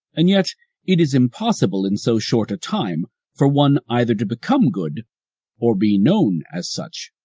and yet it is impossible in so short a time for one either to become good or be known as such.